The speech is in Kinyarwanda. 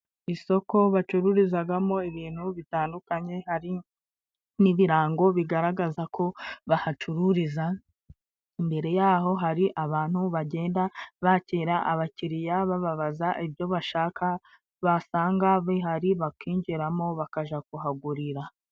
Isoko bacururizagamo ibintu bitandukanye hari n'ibirango bigaragaza ko bahacururiza, mbere yaho hari abantu bagenda bakira abakiriya, babaza ibyo bashaka basanga bihari bakinjiramo bakaja kuhagurira.